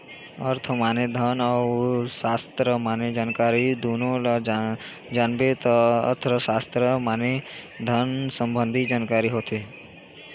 अर्थ माने धन अउ सास्त्र माने जानकारी दुनो ल जानबे त अर्थसास्त्र माने धन ले संबंधी जानकारी होथे